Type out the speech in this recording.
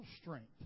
strength